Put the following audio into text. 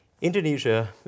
Indonesia